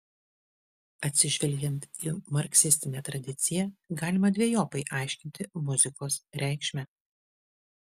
atsižvelgiant į marksistinę tradiciją galima dvejopai aiškinti muzikos reikšmę